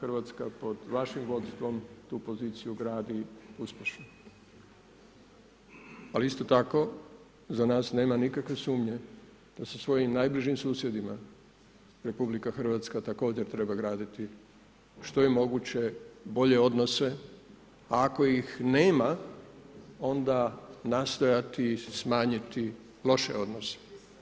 Hrvatska pod vašim vodstvom, tu poziciju gradi uspješno, ali isto tako za nas nema nikakve sumnje da svojim najbližim susjedima RH također treba graditi što je moguće, bolje odnose, a ako ih nema, onda nastojati smanjiti loše odnose.